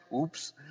Oops